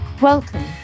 Welcome